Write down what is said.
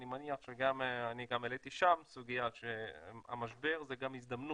אני גם העליתי שם את הסוגיה שהמשבר זה גם הזדמנות.